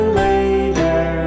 later